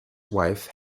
wife